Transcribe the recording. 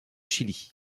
chili